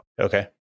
Okay